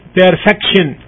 perfection